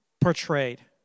portrayed